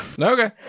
okay